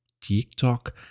TikTok